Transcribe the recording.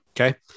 Okay